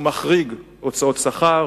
הוא מחריג הוצאות שכר,